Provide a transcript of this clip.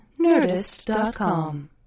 Nerdist.com